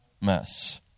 mess